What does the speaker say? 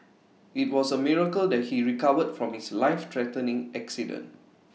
IT was A miracle that he recovered from his lifethreatening accident